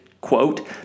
quote